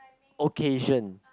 occasion